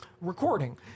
recording